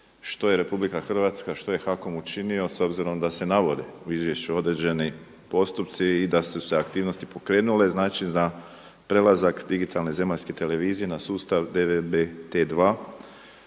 Što je Republika Hrvatska, što je HAKOM učinio s obzirom da se navode u izvješću navedeni postupci i da su se aktivnosti pokrenule? Znači da prelazak digitalne zemaljske televizije na sustav DVTV2